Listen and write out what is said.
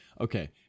Okay